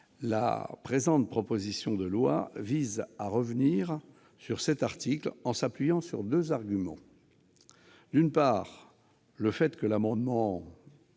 La présente proposition de loi vise à revenir sur cet article, en s'appuyant sur deux arguments. D'une part, l'amendement